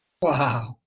Wow